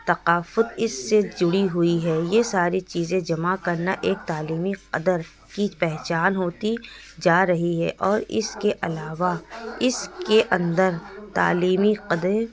ثقافت اس سے جڑی ہوئی ہے یہ ساری چیزیں جمع کرنا ایک تعلیمی قدر كی پہچان ہوتی جا رہی ہے اور اس کے علاوہ اس کے اندر تعلیمی قدر